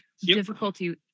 Difficulty